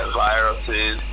viruses